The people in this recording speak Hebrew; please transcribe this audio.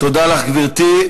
תודה לך, גברתי.